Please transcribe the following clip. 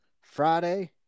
Friday